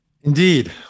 Indeed